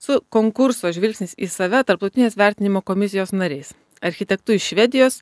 su konkurso žvilgsnis į save tarptautinės vertinimo komisijos nariais architektu iš švedijos